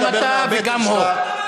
גם אתה וגם הוא.